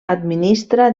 administra